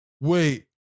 Wait